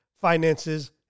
finances